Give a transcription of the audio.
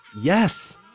Yes